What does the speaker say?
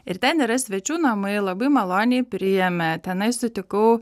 ir ten yra svečių namai labai maloniai priėmė tenai sutikau